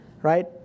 right